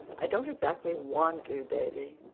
i don't exactly want to, davy,